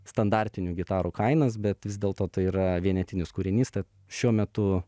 standartinių gitarų kainas bet vis dėlto tai yra vienetinis kūrinys tad šiuo metu